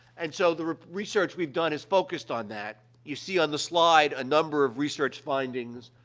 and so, the research we've done is focused on that. you see on the slide a number of research findings.